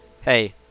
Hey